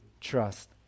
trust